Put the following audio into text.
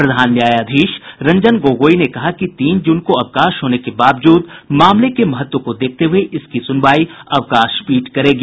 प्रधान न्यायाधीश रंजन गोगोई ने कहा कि तीन जून को अवकाश होने के बावजूद मामले के महत्व को देखते हुए इसकी सुनवाई अवकाश पीठ करेगी